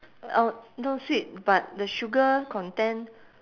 oh not sweet but the sugar content